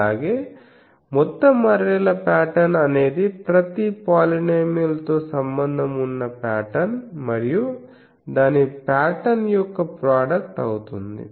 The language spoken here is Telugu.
అలాగే మొత్తం అర్రేల పాటర్న్ అనేది ప్రతి పోలీనోమియల్ తో సంబంధం ఉన్న పాటర్న్స్ మరియు దాని పాటర్న్స్ యొక్క ప్రోడక్ట్ అవుతుంది